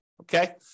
okay